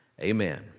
Amen